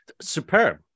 Superb